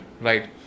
Right